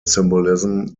symbolism